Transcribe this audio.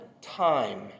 time